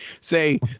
say